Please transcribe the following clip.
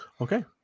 Okay